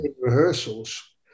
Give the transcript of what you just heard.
rehearsals